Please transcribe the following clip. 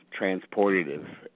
transportative